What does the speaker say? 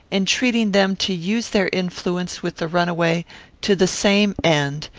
entreating them to use their influence with the runaway to the same end,